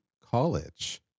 college